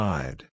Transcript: Side